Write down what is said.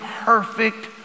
perfect